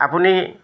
আপুনি